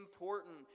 important